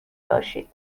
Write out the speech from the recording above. باشید